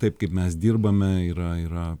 taip kaip mes dirbame yra yra